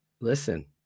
listen